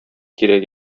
кирәк